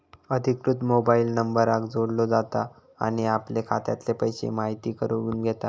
अधिकृत मोबाईल नंबराक जोडलो जाता आणि आपले खात्यातले पैशे म्हायती करून घेता